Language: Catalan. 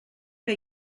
que